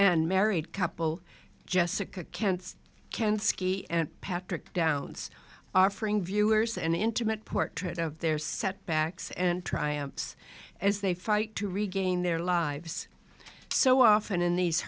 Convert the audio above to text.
and married couple jessica kent's can ski and patrick downs offering viewers an intimate portrait of their setbacks and triumphs as they fight to regain their lives so often in these